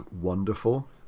wonderful